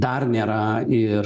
dar nėra ir